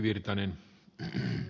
arvoisa puhemies